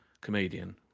Comedian